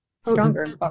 stronger